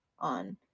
on